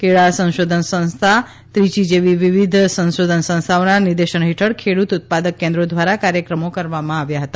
કેળાં સંશોધન સંસ્થા ત્રિયી જેવી વિવિધ સંશોધન સંસ્થાઓના નિર્દેશન હેઠળ ખેડૂત ઉત્પાદક કેન્દ્રો દ્વારા કાર્યક્રમો કરવામાં આવ્યા હતા